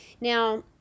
Now